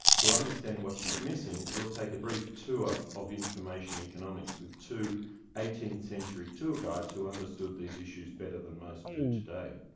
to understand what she's missing, we'll take a brief tour of information economics with two eighteenth century tour guides who understood these issues better than most do today.